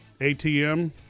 ATM